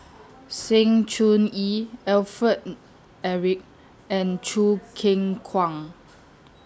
Sng Choon Yee Alfred Eric and Choo Keng Kwang